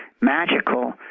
magical